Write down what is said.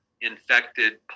infected